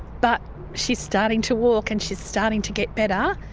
but she's starting to walk and she's starting to get better.